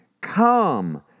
Come